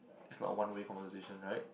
it's not a one way conversation right